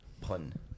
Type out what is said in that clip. Pun